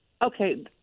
Okay